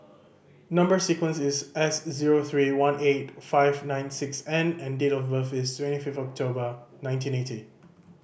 number sequence is S zero three one eight five nine six N and date of birth is twenty five October nineteen ninety